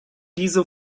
diese